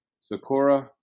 Sakura